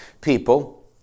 people